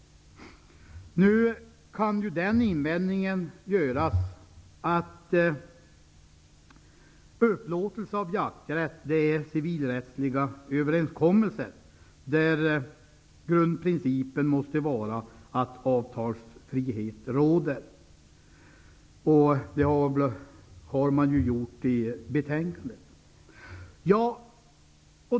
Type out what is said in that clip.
Nu kan den invändningen göras att upplåtelse av jakträtt är civilrättsliga överenskommelser där grundprincipen måste vara att avtalsfrihet råder. Det har man ju gjort i betänkandet.